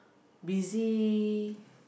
busy